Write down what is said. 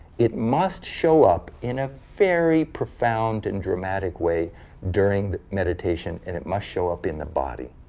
it must show up in a very profound and dramatic way during the meditation, and it must show up in the body.